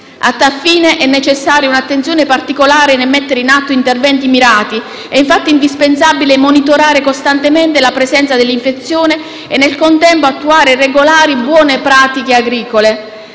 A tal fine, è necessaria un'attenzione particolare nel mettere in atto interventi mirati. È, infatti, indispensabile monitorare costantemente la presenza dell'infezione e nel contempo attuare regolari buone pratiche agricole.